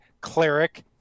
cleric